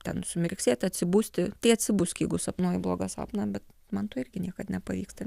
ten sumirksėt atsibusti tai atsibusk jeigu sapnuoji blogą sapną bet man to irgi niekad nepavyksta